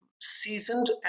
seasoned